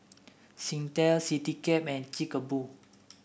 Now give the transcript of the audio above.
Singtel Citycab and Chic A Boo